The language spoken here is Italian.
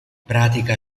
pratica